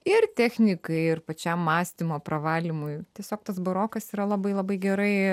ir technikai ir pačiam mąstymo pravalymui tiesiog tas barokas yra labai labai gerai